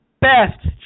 best